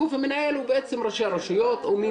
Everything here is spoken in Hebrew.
הגוף המנהל הוא בעצם ראשי הרשויות או מי